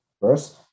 First